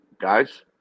guys